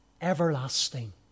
everlasting